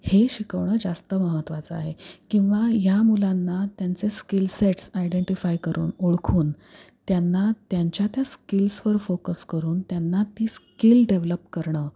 हे शिकवणं जास्त महत्त्वाचं आहे किंवा या मुलांना त्यांचे स्किल सेट्स आयडेंटिफाय करून ओळखून त्यांना त्यांच्या त्या स्किल्सवर फोकस करून त्यांना ती स्किल डेव्हलप करणं